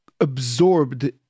absorbed